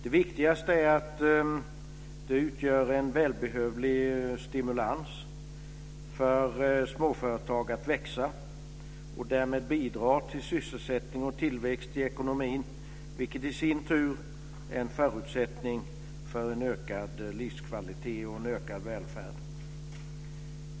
Det viktigaste är att det utgör en välbehövlig stimulans för småföretag att växa och bidrar därmed till sysselsättning och tillväxt i ekonomin, vilket i sin tur är en förutsättning för en ökad livskvalitet och en ökad välfärd.